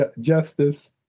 justice